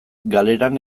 galeran